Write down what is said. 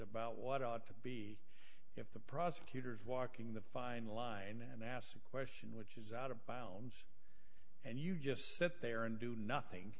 about what ought to be if the prosecutor is walking the fine line and ask a question which is out of bounds and you just sit there and do nothing